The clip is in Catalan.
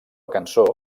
cançó